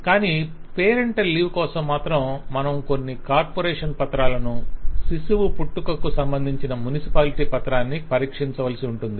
కానీ parental leave కోసం మాత్రం మనము కొన్ని కార్పొరేషన్ పత్రాలను శిశువు పుట్టుకకు సంబంధించిన మునిసిపాలిటీ పత్రాన్ని పరీక్షించవలసి ఉంటుంది